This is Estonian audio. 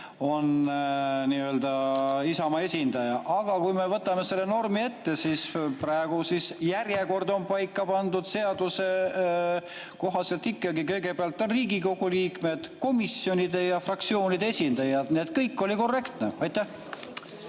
et ta on Isamaa esindaja. Aga kui me võtame selle normi ette, siis praegu järjekord on paika pandud seaduse kohaselt ikkagi nii, et kõigepealt on Riigikogu liikmed, komisjonide ja fraktsioonide esindajad. Nii et kõik oli korrektne. Aitäh,